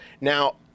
now